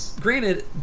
granted